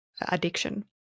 addiction